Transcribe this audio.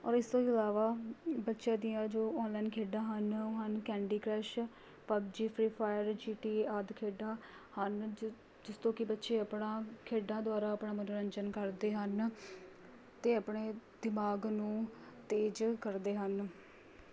ਔਰ ਇਸ ਤੋਂ ਇਲਾਵਾ ਬੱਚਿਆਂ ਦੀਆਂ ਜੋ ਔਨਲਾਈਨ ਖੇਡਾਂ ਹਨ ਉਹ ਹਨ candy crush PUBG free fire G T A ਆਦਿ ਖੇਡਾਂ ਹਨ ਜੋ ਜਿਸ ਤੋਂ ਕਿ ਬੱਚੇ ਆਪਣਾ ਖੇਡਾਂ ਦੁਆਰਾ ਆਪਣਾ ਮੰਨੋਰੰਜਨ ਕਰਦੇ ਹਨ ਅਤੇ ਆਪਣੇ ਦਿਮਾਗ ਨੂੰ ਤੇਜ਼ ਕਰਦੇ ਹਨ